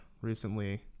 recently